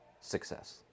success